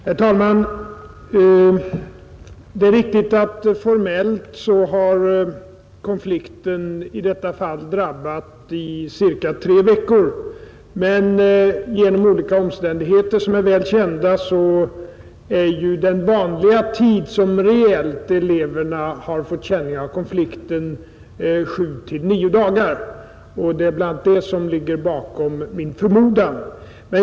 Herr talman! Det är riktigt att konflikten formellt varit rådande under tre veckor, men genom olika omständigheter som är väl kända utgör den tid som eleverna reellt fått känning av konflikten 7—9 dagar. Det är detta som ligger bakom min förmodan.